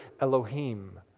Elohim